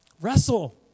Wrestle